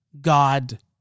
God